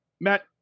Matt